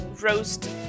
roast